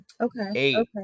Okay